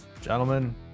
Gentlemen